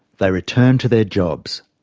they returned to their jobs.